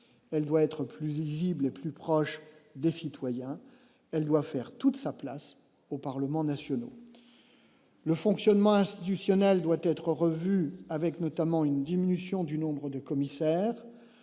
elle doit être plus visible, plus proche des citoyens, elle doit faire toute sa place aux parlements nationaux le fonctionnement institutionnel doit être revue avec notamment une diminution du nombre de commissaires,